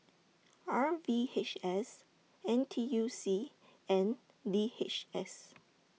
R V H S N T U C and D H S